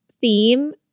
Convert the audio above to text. theme